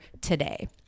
today